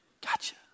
gotcha